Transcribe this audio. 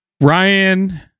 Ryan